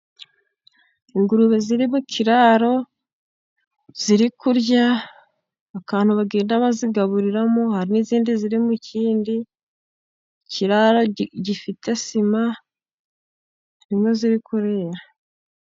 Ingurube ziri mu kiraro, ziri kurya akantu bagenda bazigaburiramo, hari n'izindi ziri mu kindi kiraro gifite sima, ni ho ziri kurira.